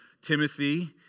Timothy